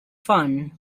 fun